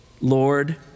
Lord